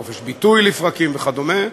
חופש ביטוי לפרקים וכדומה,